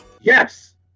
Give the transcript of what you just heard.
Yes